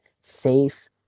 safe